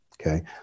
okay